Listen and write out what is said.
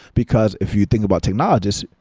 because if you think about technologies,